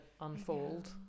unfold